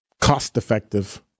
cost-effective